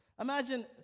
imagine